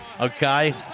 okay